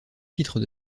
titres